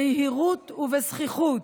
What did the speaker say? ביהירות ובזחיחות,